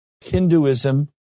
Hinduism